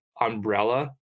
umbrella